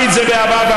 בבקשה, גברתי.